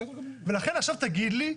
ולכן עכשיו תגיד לי,